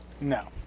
No